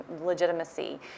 legitimacy